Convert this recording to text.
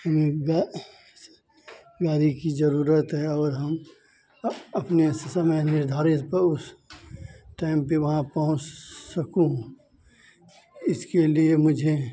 अनेक द गारी की ज़रूरत है और हम अपने समय में निर्धारित होता उस टाइम पर वहाँ पहुँच सकूँ इसके लिए मुझे